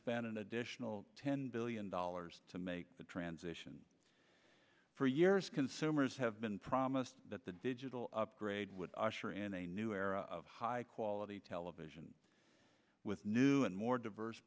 spend an additional ten billion dollars to make the transition for years consumers have been promised that the digital upgrade would assure and a new era of high quality television with new and more diverse